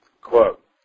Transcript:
quote